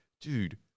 dude